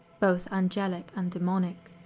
both angelic and demonic,